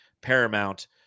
paramount